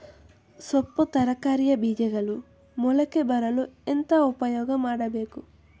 ಸೊಪ್ಪು ತರಕಾರಿಯ ಬೀಜಗಳು ಮೊಳಕೆ ಬರಲು ಎಂತ ಉಪಾಯ ಮಾಡಬೇಕು?